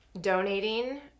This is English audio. donating